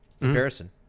comparison